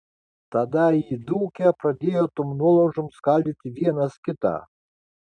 tada įdūkę pradėjo tom nuolaužom skaldyti vienas kitą